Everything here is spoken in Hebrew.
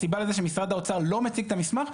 הסיבה לזה שמשרד האוצר לא מציג את המסמך,